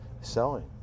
selling